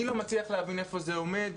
אני לא מצליח להבין איפה זה עומד.